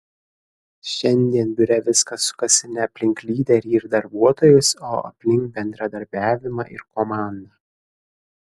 šiandien biure viskas sukasi ne aplink lyderį ir darbuotojus o aplink bendradarbiavimą ir komandą